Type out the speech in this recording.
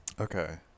okay